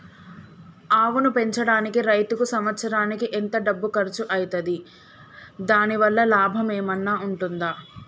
ఆవును పెంచడానికి రైతుకు సంవత్సరానికి ఎంత డబ్బు ఖర్చు అయితది? దాని వల్ల లాభం ఏమన్నా ఉంటుందా?